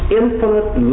infinite